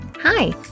Hi